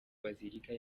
bazilika